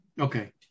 okay